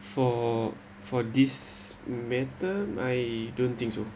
for for this matter I don't think so